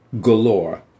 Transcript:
galore